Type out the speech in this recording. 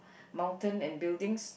mountain and buildings